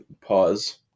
pause